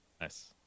nice